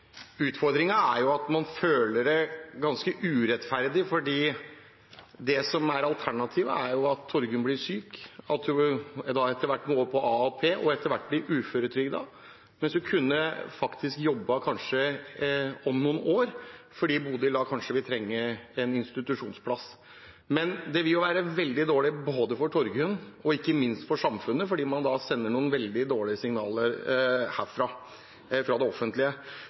er at man føler at det er ganske urettferdig, fordi det som er alternativet, er at Torgunn kan bli syk, at hun da etter hvert går over på AAP og etter hvert blir uføretrygdet, mens hun faktisk om noen år kanskje kunne jobbet, fordi Bodil kanskje vil trenge en institusjonsplass. Men det vil være veldig dårlig både for Torgunn og ikke minst for samfunnet, fordi man da sender noen veldig dårlige signaler herfra, fra det offentlige.